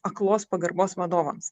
aklos pagarbos vadovams